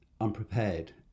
unprepared